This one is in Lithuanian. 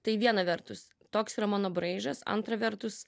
tai viena vertus toks yra mano braižas antra vertus